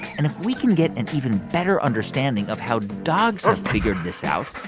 and if we can get an even better understanding of how dogs have figured this out,